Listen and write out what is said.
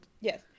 yes